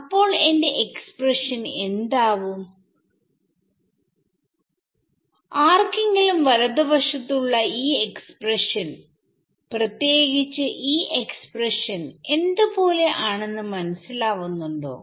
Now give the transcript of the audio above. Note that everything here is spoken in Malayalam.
അപ്പോൾ എന്റെ എക്സ്പ്രഷൻ എന്താവും ആർക്കെങ്കിലും വലതുവശത്തുള്ള ഈ എക്സ്പ്രഷൻ പ്രത്യേകിച്ച് ഈ എക്സ്പ്രഷൻ എന്ത് പോലെ ആണെന്ന് മനസ്സിലാവുന്നുണ്ടോ